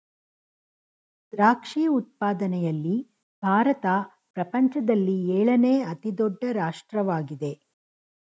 ದ್ರಾಕ್ಷಿ ಉತ್ಪಾದನೆಯಲ್ಲಿ ಭಾರತ ಪ್ರಪಂಚದಲ್ಲಿ ಏಳನೇ ಅತಿ ದೊಡ್ಡ ರಾಷ್ಟ್ರವಾಗಿದೆ